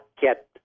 get